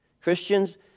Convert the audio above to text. Christians